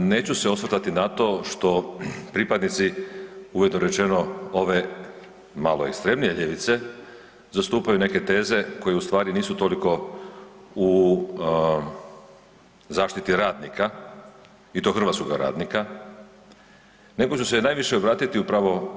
Neću se osvrtati na to što pripadnici ujedno rečeno ove malo ekstremnije ljevice zastupaju neke teze koje nisu toliko u zaštiti radnika i to hrvatskoga radnika nego ću se najviše obratiti upravo